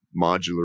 modular